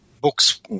books